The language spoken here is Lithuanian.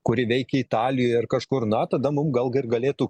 kuri veikia italijoj ar kažkur na tada mum gal ir galėtų